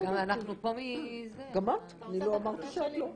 מה עם הנושא של הטעמים?